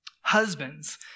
Husbands